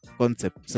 concept